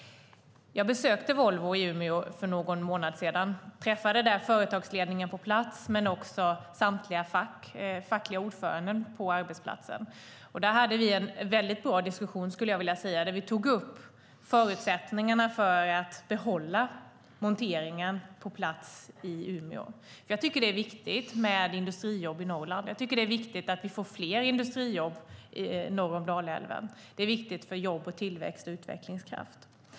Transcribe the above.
Jag besökte Volvo i Umeå för någon månad sedan och träffade företagsledningen på plats men också samtliga fackliga ordföranden på arbetsplatsen. Där hade vi en väldigt bra diskussion, skulle jag vilja säga. Vi tog upp förutsättningarna för att behålla monteringen på plats i Umeå. Det är viktigt med industrijobb i Norrland. Jag tycker att det är viktigt att vi får fler industrijobb norr om Dalälven. Det är viktigt för jobb, tillväxt och utvecklingskraft.